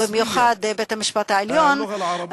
ובמיוחד בית-המשפט העליון,